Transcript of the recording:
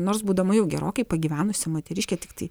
nors būdama jau gerokai pagyvenusi moteriškė tiktai